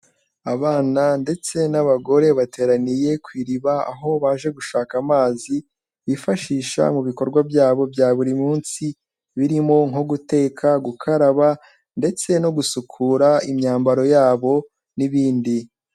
Abana ndetse n'abagore bateraniye ku iriba aho baje gushaka amazi bifashisha mu bikorwa byabo bya buri munsi, birimo nko guteka, gukaraba ndetse no gusukura imyambaro yabo n'ibindi.